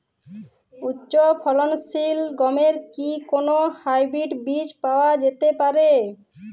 উচ্চ ফলনশীল গমের কি কোন হাইব্রীড বীজ পাওয়া যেতে পারে?